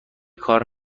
کار